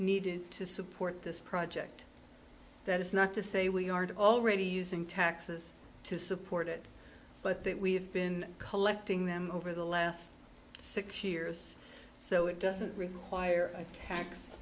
needed to support this project that is not to say we aren't already using taxes to support it but that we've been collecting them over the last six years so it doesn't require a tax